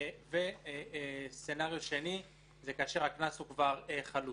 פעם שנייה כאשר הקנס חלוט,